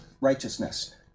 righteousness